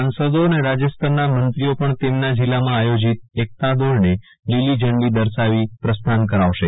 સાંસદી અને રાજયસ્તરના મંત્રીઓ પણ તેમના જિલ્લામાં આયોજીત એકતા દોડને લીલી ઝંડી દર્શાવી પ્રસ્થાન કરાવશે